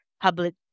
public